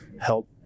help